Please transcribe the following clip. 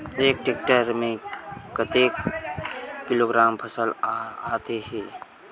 एक टेक्टर में कतेक किलोग्राम फसल आता है?